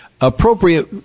Appropriate